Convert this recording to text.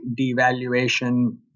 devaluation